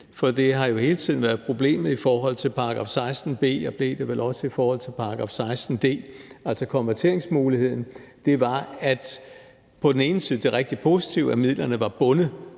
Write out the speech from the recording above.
for det har jo hele tiden været problemet i forhold til § 16 b, og det blev det vel også i forhold til § 16 d. Altså, hvad angår konverteringsmuligheden, er det på den ene side rigtig positivt, at midlerne er bundet